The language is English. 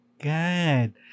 Good